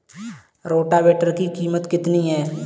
Rotavator की कीमत कितनी है?